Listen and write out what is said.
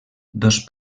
dos